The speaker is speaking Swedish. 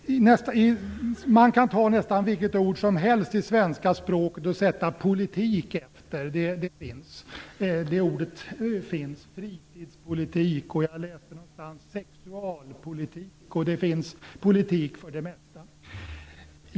Man kan ta nästan vilket ord som helst i svenska språket och sätta ordet politik efter det. Det finns ord som fritidspolitik, och jag såg ordet sexualpolitik någonstans. Det finns politik om det mesta.